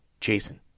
Jason